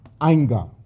anger